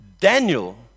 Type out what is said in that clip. Daniel